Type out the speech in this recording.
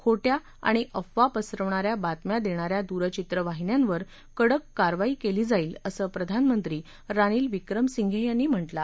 खोट्या आणि अफवा पसरवणा या बातम्या देणा या दूरचित्रवाहिन्यांवर कडक कारवाई केली जाईल असं प्रधानमंत्री रानिल विक्रमसिंघे यांनी म्हटलं आहे